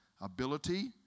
ability